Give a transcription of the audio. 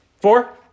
Four